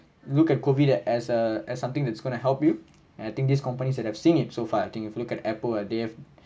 look at COVID as a as something that's going to help you and I think this companies that I've seen it so far I think if you have look at apple uh they have